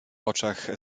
oczach